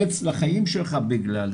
קץ לחיים שלך בגלל זה,